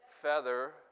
feather